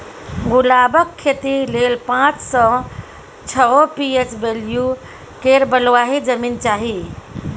गुलाबक खेती लेल पाँच सँ छओ पी.एच बैल्यु केर बलुआही जमीन चाही